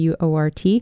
WORT